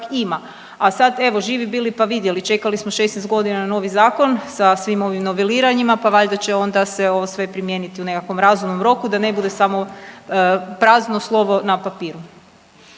ima. A sad evo živi bili pa vidjeli, čekali smo 16 godina na novi zakon sa svim ovim noveliranjima, pa valjda će onda se ovo sve primijeniti u nekakvom razumnom roku da ne bude samo prazno slovo na papiru.